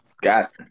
Got